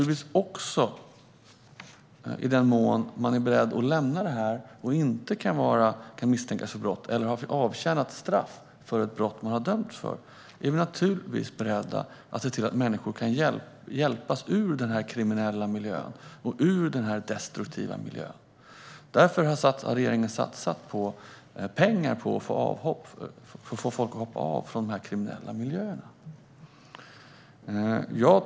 I den mån någon är beredd att lämna den kriminella och destruktiva miljön och inte kan misstänkas för brott eller har avtjänat straff för ett brott som man har dömts för är vi naturligtvis beredda att se till att människor kan få hjälp ur detta. Därför har regeringen satsat pengar på att få folk att hoppa av dessa kriminella miljöer.